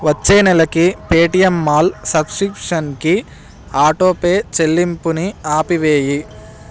వచ్చే నెలకి Paytm mall సబ్స్క్రిప్షన్కి ఆటోపే చెల్లింపుని ఆపివేయి